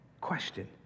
question